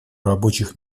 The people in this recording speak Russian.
рабочих